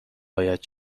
باید